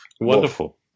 Wonderful